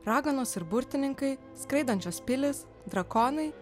raganos ir burtininkai skraidančios pilys drakonai